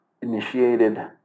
initiated